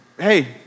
hey